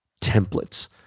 templates